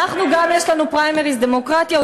גם לנו יש פריימריז, דמוקרטיה.